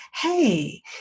hey